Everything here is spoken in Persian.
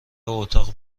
اتاق